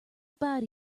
about